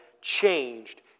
changed